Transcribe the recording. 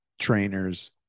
trainers